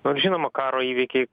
na ir žinoma karo įvykiai